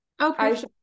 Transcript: Okay